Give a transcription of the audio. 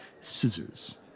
scissors